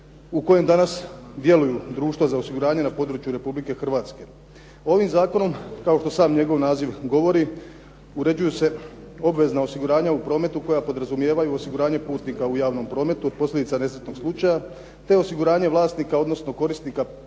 u kojem danas djeluju društva za osiguranje na području Republike Hrvatske. Ovim zakonom kao što sam njegov naziv govori, uređuju se obvezna osiguranja u prometu koja podrazumijevaju osiguranje putnika u javnom prometu od posljedica nesretnog slučaja, te osiguranje vlasnika, odnosno korisnika